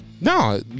No